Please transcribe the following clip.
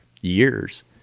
years